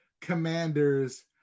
Commanders